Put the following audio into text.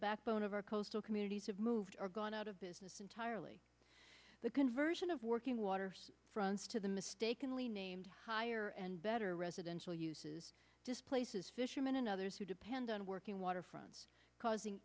backbone of our coastal communities have moved or gone out of business entirely the conversion of working water fronts to the mistakenly named higher and better residential uses displaces fishermen and others who depend on working